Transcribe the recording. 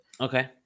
okay